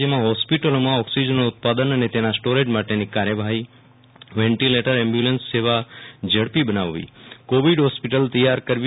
જેમાં હોસ્પિટલમોમાં ઓક્સિજનનો ઉત્પાદન અને તેના સ્ટોરેજ માટેની કાર્યવાહી વેન્ટીલેટર એપ્બ્યુલન્સ સેવા ઝડપી બનાવવી કોવિડ હોસ્પિટલ તૈયાર કરવી